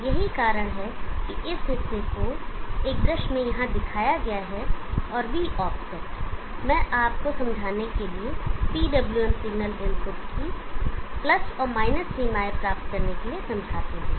यही कारण है कि इस हिस्से को एक दृश्य में यहाँ दिखाया गया है और Voffset मैं यहाँ आपको समझाने के लिए पीडब्लूएम सिग्नल इनपुट की और सीमाएँ प्राप्त करने के लिए समझाता हूँ